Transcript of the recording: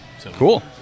Cool